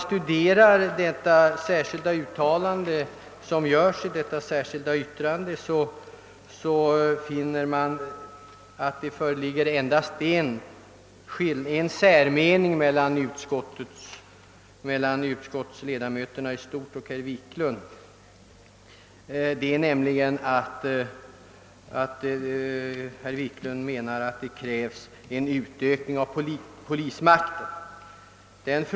I detta särskilda yttrande framför herr Wiklund i stort sett endast en i förhållande till utskottets skrivning avvikande mening, nämligen att det behövs en utökning av polismakten.